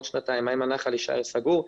עוד שנתיים הנחל יישאר סגור?